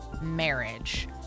marriage